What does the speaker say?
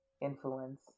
influence